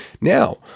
Now